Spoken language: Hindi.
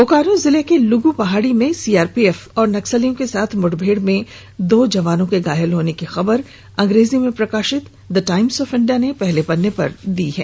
बोकारो जिले के लुगु पहाड़ी में सीआरपीएफ और नक्सलियों के साथ मुठभेड़ में दो जवानों के घायल होने की खबर को अंग्रेजी में प्रकाशित द टाइम्स ऑफ इंडिया ने पहले पन्ने पर प्रकाशित किया है